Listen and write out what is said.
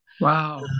Wow